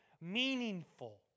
meaningful